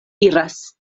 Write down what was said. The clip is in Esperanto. iras